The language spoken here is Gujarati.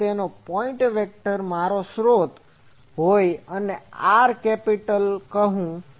તેથી અવલોકન પોઈન્ટ વેક્ટરનો મારો સ્રોત હો અને R કેપિટલ કહું